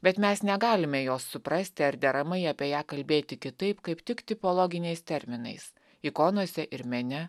bet mes negalime jos suprasti ar deramai apie ją kalbėti kitaip kaip tik tipologiniais terminais ikonose ir mene